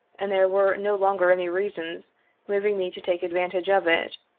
and there were no longer any reasons moving me to take advantage of it,